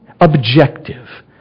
objective